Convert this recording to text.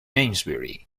amesbury